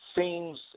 seems